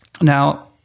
Now